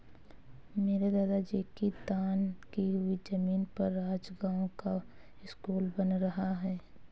मेरे दादाजी की दान की हुई जमीन पर आज गांव का स्कूल बन रहा है